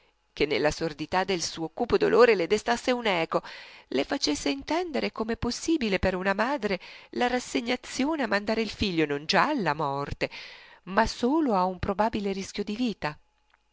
che nella sordità del suo cupo dolore le destasse un'eco le facesse intendere come possibile per una madre la rassegnazione a mandare il figlio non già alla morte ma solo a un probabile rischio di vita